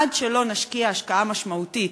עד שלא נשקיע השקעה משמעותית,